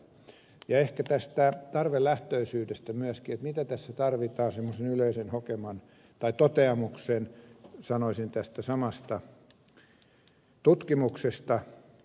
ehkä tästä tarvelähtöisyydestä myöskin mitä tässä tarvitaan semmoisen yleisen toteamuksen sanoisin tästä samasta tutkimuksesta